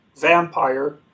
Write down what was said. vampire